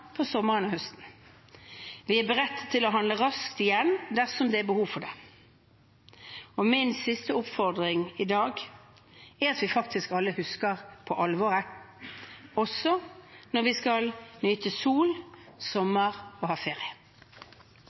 på sommeren og høsten. Vi er beredt til å handle raskt igjen dersom det blir behov for det. Min siste oppfordring i dag er at vi alle husker på alvoret, også når vi skal nyte sol og sommer og ha ferie.